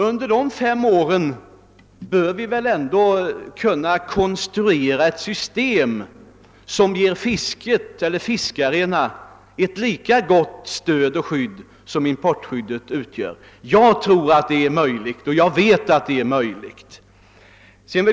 Under dessa fem år bör vi väl ändå kunna konstruera ett system som ger fiskarna ett lika gott stöd som importskyddet utgör. Jag tror — och vet — att det är möjligt.